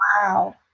Wow